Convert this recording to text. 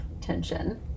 tension